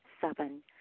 Seven